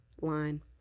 line